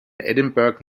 edinburgh